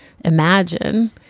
imagine